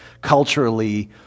culturally